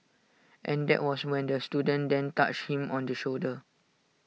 and that was when the student then touched him on the shoulder